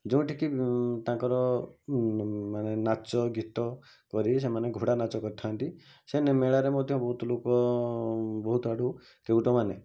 ଯେଉଁଠିକି ତାଙ୍କର ମାନେ ନାଚ ଗୀତ କରି ସେମାନେ ଘୋଡ଼ା ନାଚ କରିଥାନ୍ତି ସେମାନେ ମେଳାରେ ମଧ୍ୟ ବହୁତ ଲୋକ ବହୁତ ଆଡୁ କେଉଁଟମାନେ